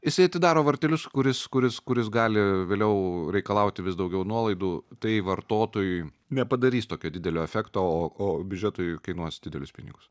jisai atidaro vartelius kuris kuris kuris gali vėliau reikalauti vis daugiau nuolaidų tai vartotojui nepadarys tokio didelio efekto o o biudžetui kainuos didelius pinigus